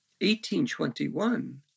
1821